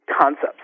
concepts